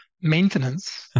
maintenance